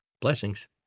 Blessings